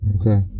Okay